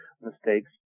mistakes